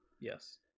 yes